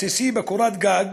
הבסיסי בקורת גג,